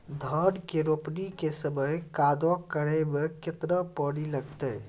धान के रोपणी के समय कदौ करै मे केतना पानी लागतै?